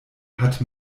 hat